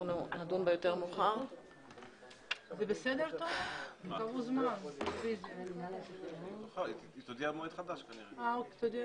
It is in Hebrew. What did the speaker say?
דניאל מלצר,